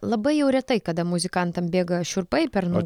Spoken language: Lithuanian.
labai jau retai kada muzikantam bėga šiurpai per nugarą